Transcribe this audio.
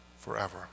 forever